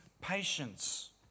patience